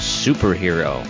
superhero